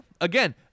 Again